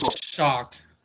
shocked